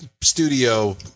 studio